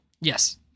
Yes